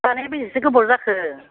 जानाया बेसेसो गोबाव जाखो